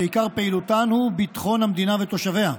שעיקר פעילותן הוא ביטחון המדינה ותושביה.